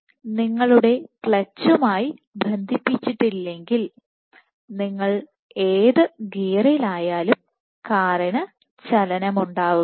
നിങ്ങളുടെ ക്ലച്ചുമായി ബന്ധിപ്പിച്ചിട്ടില്ലെങ്കിൽ ഇടപഴകുന്നില്ലെങ്കിൽ നിങ്ങൾ ഏത് ഗിയറിലായാലും കാറിന് ചലനമുണ്ടാകില്ല